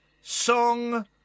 song